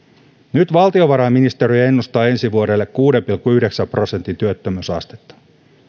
nyt valtiovarainministeriö ennustaa ensi vuodelle kuuden pilkku yhdeksän prosentin työttömyysastetta